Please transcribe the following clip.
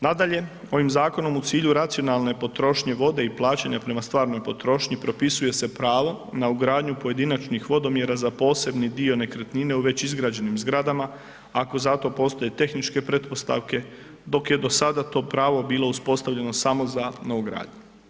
Nadalje ovim zakonom u cilju racionalne potrošnje vode i plaćanja prema stvarnoj potrošnji propisuje se pravo na ugradnju pojedinačnih vodomjera za posebni dio nekretnina u već izgrađenim zgradama ako za to postoje tehničke pretpostavke dok je do sada to pravo bilo uspostavljeno samo za novu gradnju.